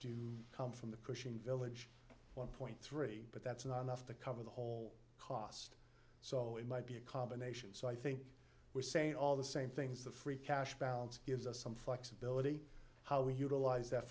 to come from the cushing village one point three but that's not enough to cover the whole cost so it might be a combination so i think we're saying all the same things the free cash balance gives us some flexibility how we utilize that